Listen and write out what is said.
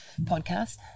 podcast